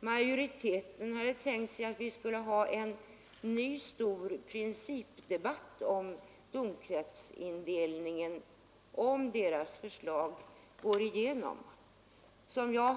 majoriteten tänkt sig att vi skulle ha en ny stor principdebatt om domkretsindelningen, ifall dess förslag går igenom.